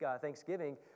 thanksgiving